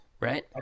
right